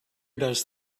does